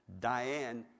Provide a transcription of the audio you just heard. Diane